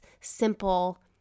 simple